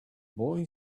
boy